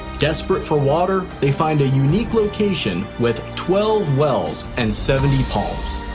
desperate for water, they find a unique location with twelve wells and seventy palms.